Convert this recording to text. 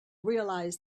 realise